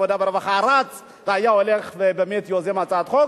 והרווחה היה רץ והיה הולך ובאמת יוזם הצעת חוק.